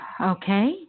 Okay